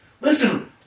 Listen